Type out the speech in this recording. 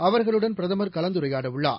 அவர்களுடன் பிரதமர் கலந்துரையாடவுள்ளார்